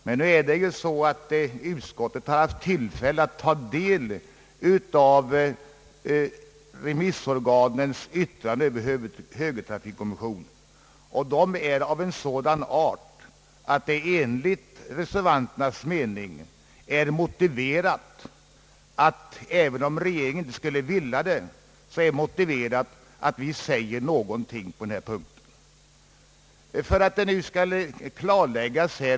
Men utskottet har ju haft tillfälle att ta del av remissorganens yttranden Över högertrafikkommissionens förslag, och dessa är av en sådan art att det enligt reservanternas mening är motiverat — även om regeringen inte skulle vilja det — att riksdagen uttalar någonting på den här punkten.